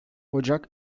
ocak